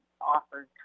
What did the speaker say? offered